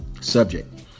subject